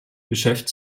geschäft